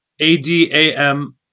a-d-a-m